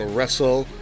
Wrestle